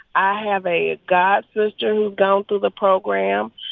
i have a godsister who's gone through the program.